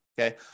Okay